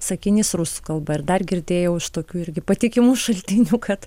sakinys rusų kalba ir dar girdėjau iš tokių irgi patikimų šaltinių kad